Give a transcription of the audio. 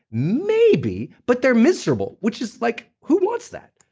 maybe, but they're miserable, which is like who wants that?